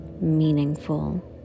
meaningful